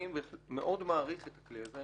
אני מאוד מעריך את הכלי הזה,